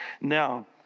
Now